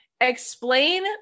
Explain